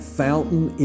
fountain